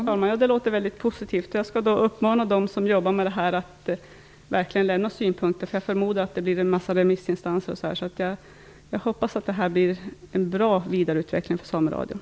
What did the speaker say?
Fru talman! Det låter mycket positivt. Jag skall uppmana dem som jobbar med detta att verkligen föra fram synpunkter. Jag förmodar att det blir en mängd remissinstanser i ärendet. Jag hoppas att detta skall leda till att sameradion vidareutvecklas på ett bra sätt.